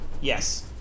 Yes